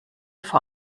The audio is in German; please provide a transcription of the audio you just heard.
vor